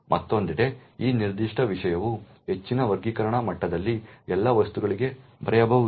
ಮತ್ತೊಂದೆಡೆ ಈ ನಿರ್ದಿಷ್ಟ ವಿಷಯವು ಹೆಚ್ಚಿನ ವರ್ಗೀಕರಣ ಮಟ್ಟದಲ್ಲಿ ಎಲ್ಲಾ ವಸ್ತುಗಳಿಗೆ ಬರೆಯಬಹುದು